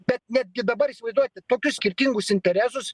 bet netgi dabar įsivaizduokit tokius skirtingus interesus